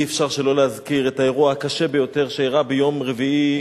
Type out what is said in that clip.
אי-אפשר שלא להזכיר את האירוע הקשה ביותר שאירע ביום רביעי,